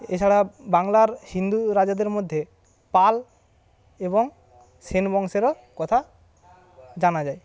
এছাড়া বাংলার হিন্দু রাজাদের মধ্যে পাল এবং সেন বংশেরও কথা জানা যায়